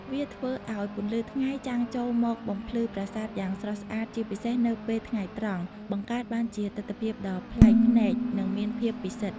វាធ្វើឱ្យពន្លឺថ្ងៃចាំងចូលមកបំភ្លឺប្រាសាទយ៉ាងស្រស់ស្អាតជាពិសេសនៅពេលថ្ងៃត្រង់ បង្កើតបានជាទិដ្ឋភាពដ៏ប្លែកភ្នែកនិងមានភាពពិសិដ្ឋ។